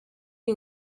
iyi